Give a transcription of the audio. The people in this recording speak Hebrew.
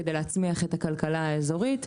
כדי להצמיח את הכלכלה האזורית,